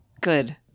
Good